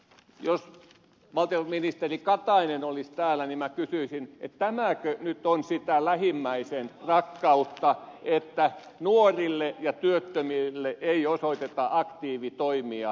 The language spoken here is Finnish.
jos valtiovarainministeri katainen olisi täällä niin minä kysyisin tämäkö nyt on sitä lähimmäisenrakkautta että nuorille ja työttömille ei osoiteta aktiivitoimia työpaikkoja